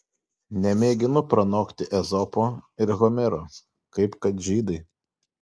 nemėginu pranokti ezopo ir homero kaip kad žydai